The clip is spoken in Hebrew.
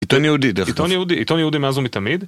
עיתון יהודי דרך כלל. עיתון יהודי מאז ומתמיד?